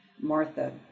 Martha